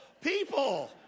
people